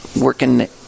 working